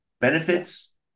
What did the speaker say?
Benefits